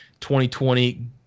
2020